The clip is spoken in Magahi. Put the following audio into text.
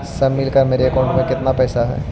सब मिलकर मेरे अकाउंट में केतना पैसा है?